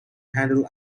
handle